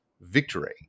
victory